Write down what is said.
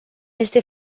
este